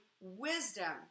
wisdom